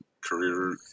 career